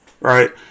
right